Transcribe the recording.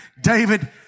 David